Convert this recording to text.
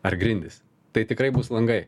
ar grindys tai tikrai bus langai